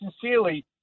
sincerely